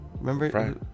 remember